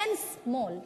אין שמאל במדינה,